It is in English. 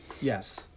Yes